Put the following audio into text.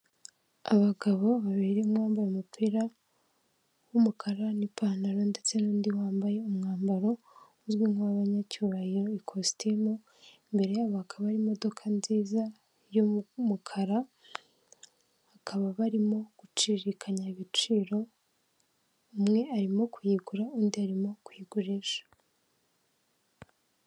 Abagabo babiri umwe mwambaye umupira w'umukara n'ipantaro ndetse n'undi wambaye umwambaro uzwi nk'uw'abanyacyubahiro ikositimu, imbere yabo hakaba hari imodoka nziza y'umukara, bakaba barimo guciririkanya ibiciro, umwe arimo kuyigura undi arimo kuyigurisha.